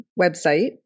website